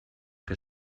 que